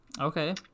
Okay